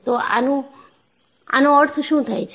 તો આનો અર્થ શું થાય છે